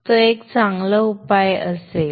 तो एक चांगला उपाय असेल